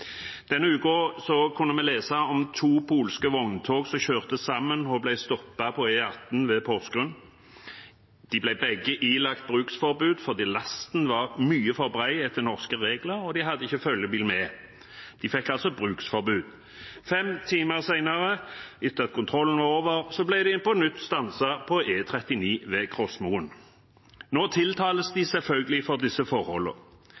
Denne uken kunne vi lese om to polske vogntog som kjørte sammen og ble stoppet på E18 ved Porsgrunn. De ble begge ilagt bruksforbud fordi lasten var altfor bred etter norske regler, og de hadde ikke følgebil. De fikk altså bruksforbud. Fem timer senere, etter at kontrollen var over, ble de på nytt stanset på E39 ved Krossmoen. Nå blir de selvfølgelig tiltalt for disse